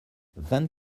vingt